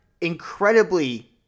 incredibly